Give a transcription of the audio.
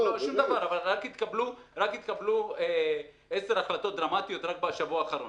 אבל התקבלו עשר החלטות לא דרמטיות רק בשבוע האחרון.